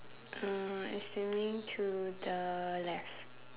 uh ascending to the left